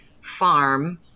farm